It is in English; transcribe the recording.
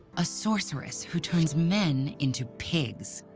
a sorceress who turns men into pigs,